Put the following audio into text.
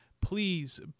please